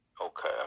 Okay